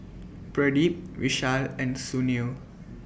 Pradip Vishal and Sunil